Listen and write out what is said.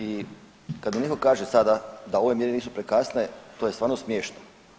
I kada netko kaže sada da ove mjere nisu prekasne to je stvarno smiješno.